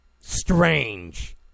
strange